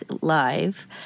live